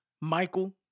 Michael